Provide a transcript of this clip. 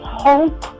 hope